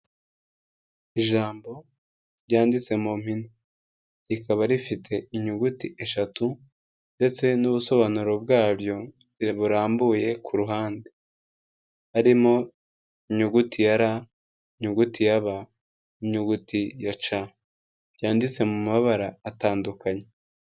Ijambo ryanditse mu mpine rikaba rifite inyuguti eshatu ndetse n'busobanuro bwaryo burambuye kuruhande, harimo inyuguti ya r, inyuguti ya b n'inyuguti ya c, byanditse mu mabara atandukanye.